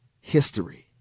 history